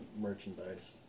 Merchandise